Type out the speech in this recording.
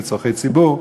לצורכי ציבור,